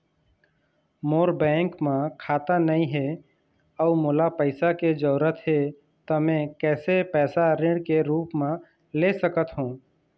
मोर bank म खाता नई हे अउ मोला पैसा के जरूरी हे त मे कैसे पैसा ऋण के रूप म ले सकत हो?